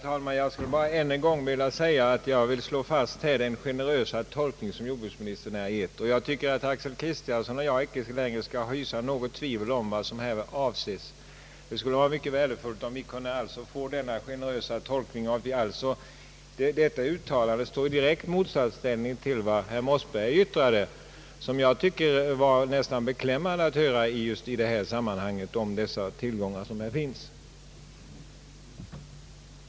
Herr talman! Jag skulle bara än en gång vilja slå fast den generösa tolkning som jordbruksministern här har gett. Jag tycker att herr Kristiansson och jag inte längre skall hysa något tvivel om vad som avses. Det skulle vara mycket värdefullt om denna generösa tolkning blev tillämpad. Jordbruksministerns uttalande står i motsatsställning till vad herr Mossberger yttrade. Jag tyckte att det var nästan beklämmande att höra herr Mossbergers yttrande om att de tillgångar som här finns inte kommer att användas på rätt sätt om staten inte har kvar sitt inflytande över sällskapen.